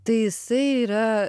tai jisai yra